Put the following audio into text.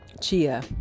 chia